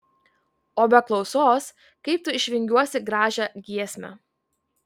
o be klausos kaip tu išvingiuosi gražią giesmę